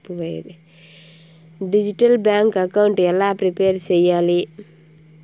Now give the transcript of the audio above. Digital bank account ఎలా prepare సెయ్యాలి?